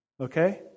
Okay